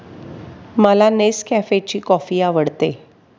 मला नेसकॅफेची कॉफी आवडते